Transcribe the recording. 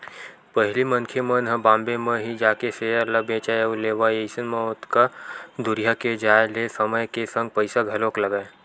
पहिली मनखे मन ह बॉम्बे म ही जाके सेयर ल बेंचय अउ लेवय अइसन म ओतका दूरिहा के जाय ले समय के संग पइसा घलोक लगय